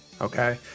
okay